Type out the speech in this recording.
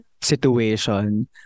situation